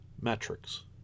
metrics